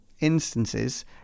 instances